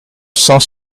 cent